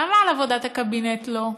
למה על עבודת הקבינט לא?